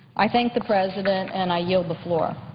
i thank the president and i yield the floor.